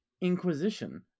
inquisition